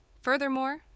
Furthermore